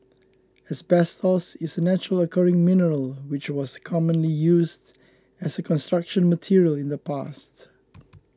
asbestos is a naturally occurring mineral which was commonly used as a Construction Material in the past